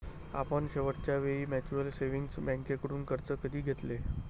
आपण शेवटच्या वेळी म्युच्युअल सेव्हिंग्ज बँकेकडून कर्ज कधी घेतले?